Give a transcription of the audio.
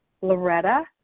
Loretta